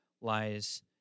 lies